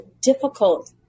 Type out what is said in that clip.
difficult